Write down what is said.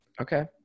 Okay